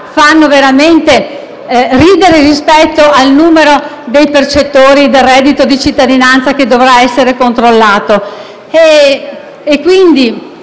fanno veramente ridere rispetto al numero dei percettori del reddito di cittadinanza che dovranno essere controllati.